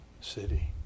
city